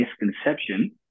misconception